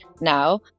now